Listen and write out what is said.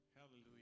Hallelujah